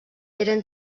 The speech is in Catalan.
eren